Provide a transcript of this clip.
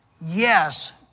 yes